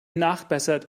nachbessert